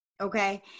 okay